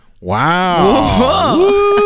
Wow